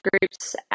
groups